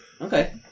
Okay